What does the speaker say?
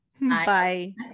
Bye